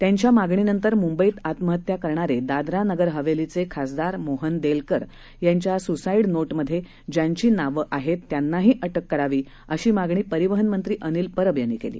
त्यांच्या मागणीनंतर मुंबईत आत्महत्या करणारे दादरा नगरहवेलीचे खासदार मोहन देलकर यांच्या सुसाईड नोटमध्ये ज्यांची नावे आहेत त्यांनाही अटक करावी अशी मागणी परिवहन मंत्री अनिल परब यांनी केली